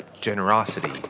generosity